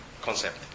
concept